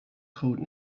code